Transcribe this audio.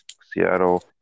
Seattle